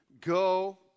Go